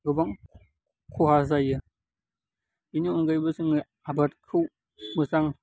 गोबां खहा जायो बेनि अनगायैबो जोङो आबादखौ मोजां